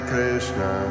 Krishna